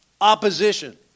opposition